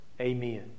Amen